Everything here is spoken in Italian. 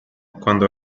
quando